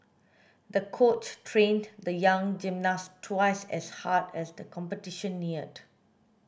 the coach trained the young gymnast twice as hard as the competition neared